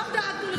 גם דאגנו לך,